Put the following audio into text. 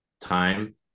time